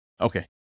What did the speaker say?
Okay